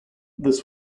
this